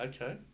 Okay